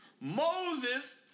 Moses